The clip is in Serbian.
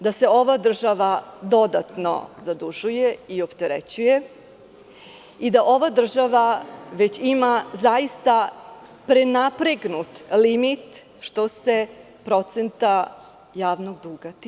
Da se ova država dodatno zadužuje i opterećuje i da ova država ima zaista prenapregnut limit što se procenta javnog duga tiče.